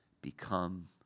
become